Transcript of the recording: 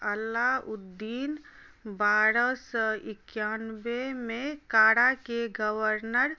अलाउद्दीन बारहसँ इक्यानबे मे काड़ा के गवर्नर